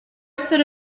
stood